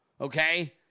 okay